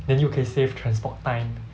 then 又可以 save transport time